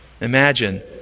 imagine